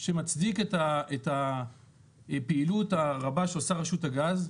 שמצדיק את הפעילות ארבה של רשות הגז,